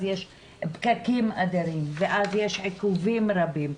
יש פקקים אדירים ואז יש עיכובים רבים,